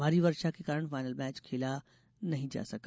भारी वर्षा के कारण फाइनल मैच खेला नहीं जा सका